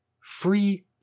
free